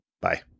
Bye